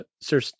sir